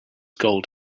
gold